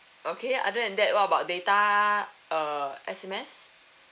okay other than that what about data uh S_M_S